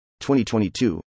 2022